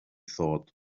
thought